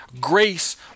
grace